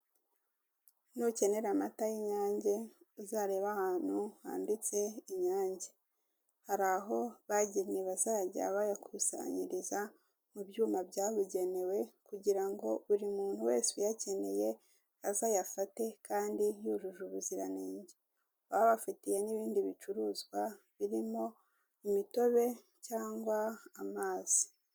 Nukenera amata y'inyange uzarebe ahantu handitse inyange hari aho bagennye bazajya bayakusaniriza mu byuma byabugenewe kugira ngo buri muntu wese uyakeneye aze ayafate kandi yujuje ubuziranenge baba babafitiye n'ibindi bicuruzwa birimo imitobe cyangwa amazi